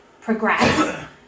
progress